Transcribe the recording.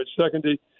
Secondly